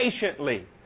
patiently